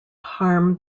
harm